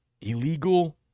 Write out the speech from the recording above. illegal